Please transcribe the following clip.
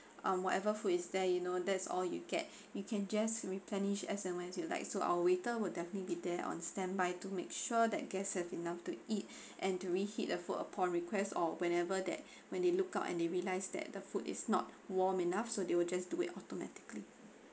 um whatever food is there you know that's all you get you can just replenish as long as you like so our waiter will definitely be there on standby to make sure that guest have enough to eat and to reheat the food upon request or whenever that when they look out and they realise that the food is not warm enough so they will just do it automatically